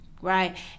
right